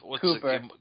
Cooper